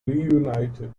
reunited